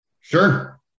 Sure